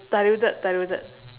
diluted diluted